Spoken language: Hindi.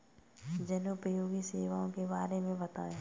जनोपयोगी सेवाओं के बारे में बताएँ?